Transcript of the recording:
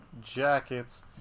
jackets